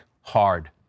hard